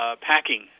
packing